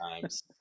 times